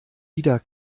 wieder